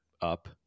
up